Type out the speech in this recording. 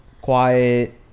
quiet